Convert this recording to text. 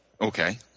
okay